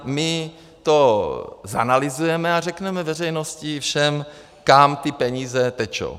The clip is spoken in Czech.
My to zanalyzujeme a řekneme veřejnosti, všem, kam ty peníze tečou.